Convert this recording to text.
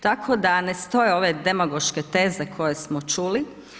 Tako da ne stoje ove demagoške teze koje smo čuli.